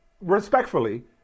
respectfully